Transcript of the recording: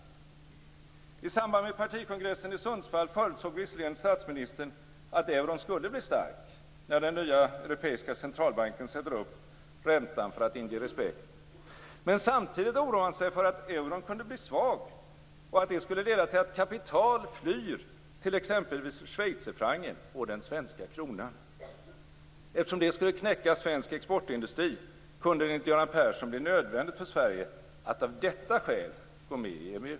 I samband med partikongressen i Sundsvall förutsåg visserligen statsministern att euron skulle bli stark, när den nya europeiska centralbanken sätter upp räntan för att inge respekt. Men samtidigt oroade han sig för att euron kunde bli svag och att det skulle leda till att kapital flyr till exempelvis schweizerfrancen och den svenska kronan. Eftersom det skulle knäcka svensk exportindustri, kunde det enligt Göran Persson bli nödvändigt för Sverige att av detta skäl gå med i EMU.